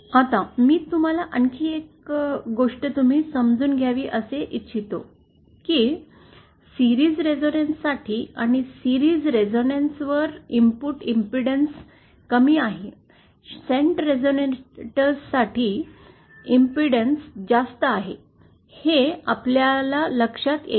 आता मी तुम्हाला आणखी एक गोष्ट तुम्ही समजून घ्यावी असे इच्छितो की सीरीज रेसोनंस साठी सीरीज रेसोनंस वर इनपुट इम्पिडेंस कमी आहे शंट रेझोनेटरसाठी इम्पिडेंस अडथळा जास्त आहे हे आपल्या लक्षात येईल